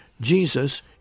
Jesus